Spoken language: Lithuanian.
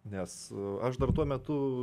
nes aš dar tuo metu